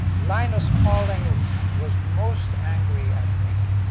linus pauling was most angry at me,